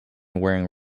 wearing